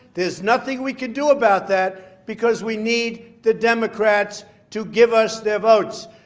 there's nothing we can do about that because we need the democrats to give us their votes.